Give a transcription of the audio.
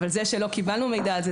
אבל זה לא שלא קיבלנו מידע על זה,